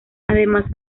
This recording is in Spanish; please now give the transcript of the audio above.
además